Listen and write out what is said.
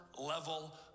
level